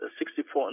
64